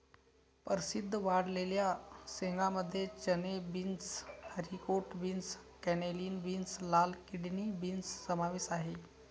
प्रसिद्ध वाळलेल्या शेंगांमध्ये चणे, beans, haricot beans, cannellini beans, लाल किडनी बीन्स समावेश आहे